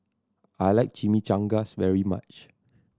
I like Chimichangas very much